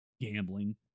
gambling